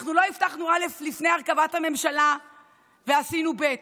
אנחנו לא הבטחנו א' לפני הרכבת הממשלה ועשינו ב'.